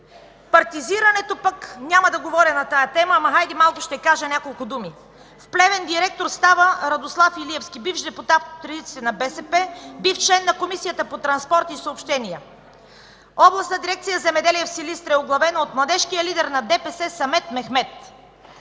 партизирането пък – няма да говоря на тази тема, но, хайде, ще кажа няколко думи: в Плевен директор става Радослав Илиевски, бивш депутат в редиците на БСП, бивш член на Комисията по транспорт и съобщения. Областна дирекция „Земеделие” в Силистра е оглавена от младежкия лидер на ДПС Самет Мехмед.